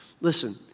Listen